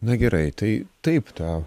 na gerai tai taip ta